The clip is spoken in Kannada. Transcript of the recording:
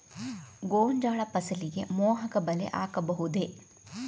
ಗೋಂಜಾಳ ಫಸಲಿಗೆ ಮೋಹಕ ಬಲೆ ಹಾಕಬಹುದೇ?